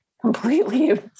completely